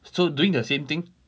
so doing the same thing